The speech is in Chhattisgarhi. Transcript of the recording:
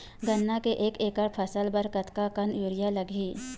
गन्ना के एक एकड़ फसल बर कतका कन यूरिया लगही?